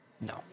No